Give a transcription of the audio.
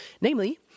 Namely